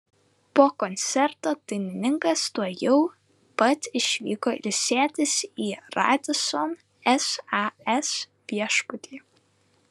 po koncerto dainininkas tuojau pat išvyko ilsėtis į radisson sas viešbutį